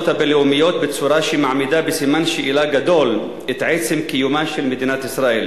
הבין-לאומיות בצורה שמעמידה בסימן שאלה גדול את עצם קיומה של מדינת ישראל,